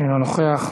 אינו נוכח.